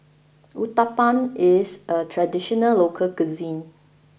Uthapam is a traditional local cuisine